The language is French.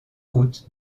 route